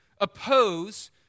oppose